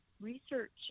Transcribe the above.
research